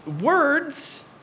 words